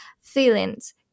feelings